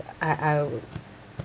I I